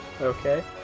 Okay